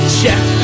check